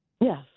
Yes